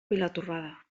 vilatorrada